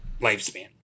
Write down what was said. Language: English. lifespan